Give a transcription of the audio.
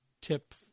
tip